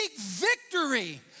victory